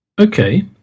Okay